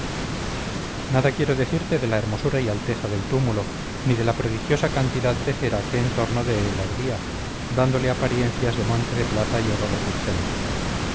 nada quiero decirte de la hermosura y alteza del túmulo ni de la prodigiosa cantidad de cera que en torno de él ardía dándole apariencias de monte de plata y oro refulgente